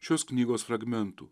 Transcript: šios knygos fragmentų